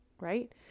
right